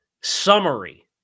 summary